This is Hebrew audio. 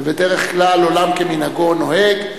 ובדרך כלל עולם כמנהגו נוהג,